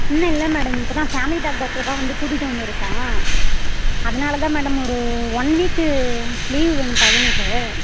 இன்னும் இல்லை மேடம் இப்போதா பேமிலி டாக்டர்ட்டதா வந்துட்டு கூட்டிகிட்டு வந்துருக்கோம் அதனால தான் மேடம் ஒரு ஒன் வீக்கு லீவு வேணும் பையனுக்கு